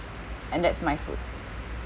and that's my food